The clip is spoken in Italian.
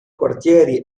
quartieri